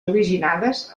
originades